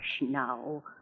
now